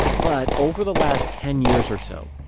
but over the last ten years or so,